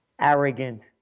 arrogant